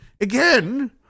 again